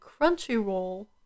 crunchyroll